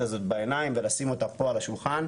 הזאת בעיניים ולשים אותה פה על השולחן.